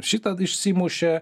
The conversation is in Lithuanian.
šitą išsimušė